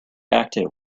active